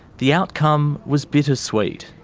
the outcome was bittersweet.